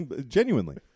Genuinely